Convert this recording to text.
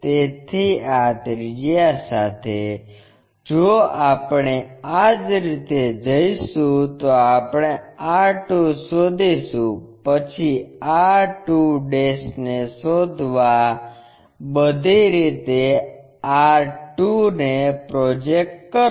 તેથી આ ત્રિજ્યા સાથે જો આપણે આ રીતે જઈશું તો આપણે r2 શોધીશું પછી r2 ને શોધવા બધી રીતે આ r 2 ને પ્રોજેક્ટ કરો